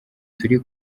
turi